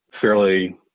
fairly